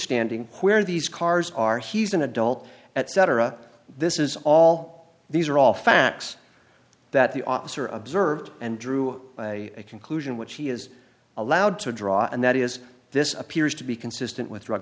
standing where these cars are he's an adult at cetera this is all these are all facts that the officer observed and drew a conclusion which he is allowed to draw and that is this appears to be consistent with drug